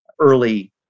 early